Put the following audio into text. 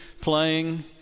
playing